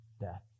death